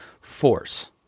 force